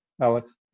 Alex